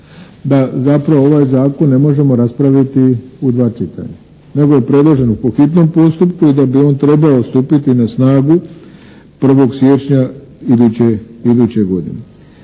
da zapravo ovaj zakon ne možemo raspraviti u dva čitanja nego je predloženo po hitnom postupku i da bi on trebao stupiti na snagu 1. siječnja iduće godine.